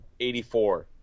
84